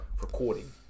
recording